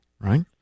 right